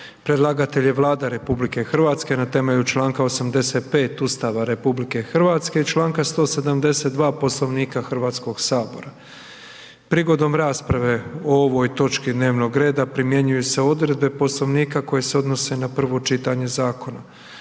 Predlagatelj je Vlada RH na temelju čl. 85. Ustava RH i čl. 172. Poslovnika HS. Prigodom rasprave o ovoj točki dnevnog reda primjenjuju se odredbe Poslovnika koje se odnose na prvo čitanje zakona.